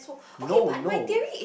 no no